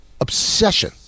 Obsession